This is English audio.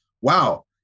wow